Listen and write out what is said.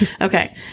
Okay